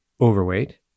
overweight